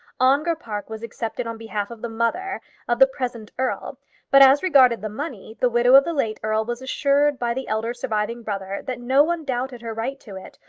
ongar park was accepted on behalf of the mother of the present earl but as regarded the money, the widow of the late earl was assured by the elder surviving brother that no one doubted her right to it,